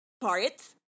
parts